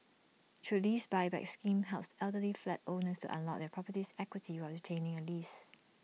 true lease Buyback scheme helps elderly flat owners to unlock their property's equity while retaining A lease